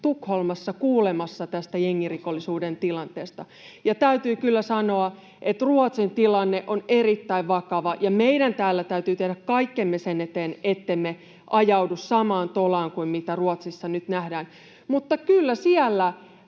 Tukholmassa kuulemassa tästä jengirikollisuuden tilanteesta. Ja täytyy kyllä sanoa, että Ruotsin tilanne on erittäin vakava ja meidän täällä täytyy tehdä kaikkemme sen eteen, ettemme ajaudu samaan tolaan kuin mitä Ruotsissa nyt nähdään. Mutta kyllä siellä